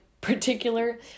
particular